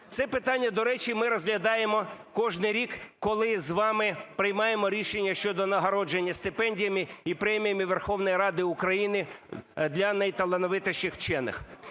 Це питання, до речі, ми розглядаємо кожний рік, коли з вами приймаємо рішення щодо нагородження стипендіями і преміями Верховної Ради України для найталановитіших вчених.